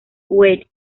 wade